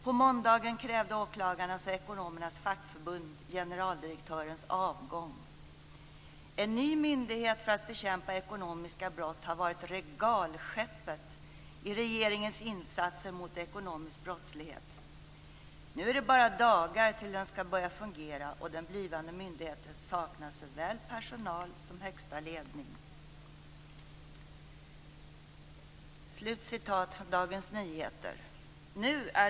På måndagen krävde åklagarnas och ekonomernas fackförbund generaldirektörens avgång - En ny myndighet för att bekämpa ekonomiska brott har varit regalskeppet i regeringens insatser mot ekonomisk brottslighet. Nu är det bara dagar till den ska börja fungera och den blivande myndigheten saknar såväl personal som högsta ledning."